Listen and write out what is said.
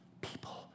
people